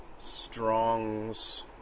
strong's